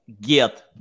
get